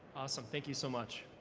awesome, thank you so much.